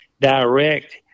direct